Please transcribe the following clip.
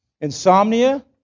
Insomnia